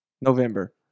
November